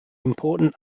important